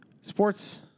sports